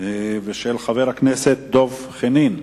של חבר הכנסת דב חנין.